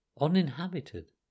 uninhabited